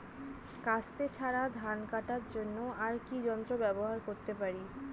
কাস্তে ছাড়া ধান কাটার জন্য আর কি যন্ত্র ব্যবহার করতে পারি?